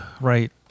right